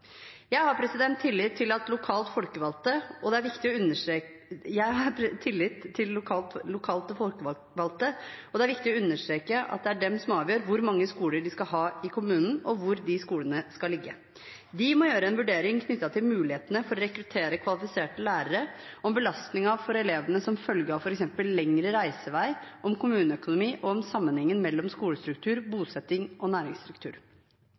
Jeg har tillit til lokalt folkevalgte, og det er viktig å understreke at det er de som avgjør hvor mange skoler de skal ha i kommunen, og hvor de skolene skal ligge. De må gjøre en vurdering knyttet til mulighetene for å rekruttere kvalifiserte lærere, belastningen for elevene som følge av f.eks. lengre reisevei, kommuneøkonomi og sammenhengen mellom skolestruktur, bosetting og næringsstruktur.